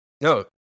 No